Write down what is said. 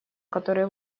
который